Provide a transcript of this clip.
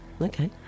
Okay